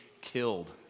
killed